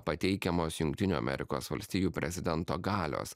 pateikiamos jungtinių amerikos valstijų prezidento galios